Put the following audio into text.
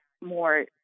more